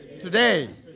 Today